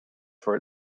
for